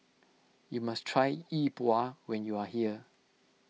you must try Yi Bua when you are here